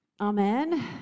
Amen